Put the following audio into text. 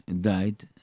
died